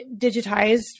digitized